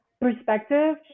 perspective